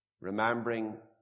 remembering